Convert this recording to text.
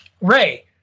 Ray